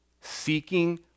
Seeking